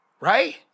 right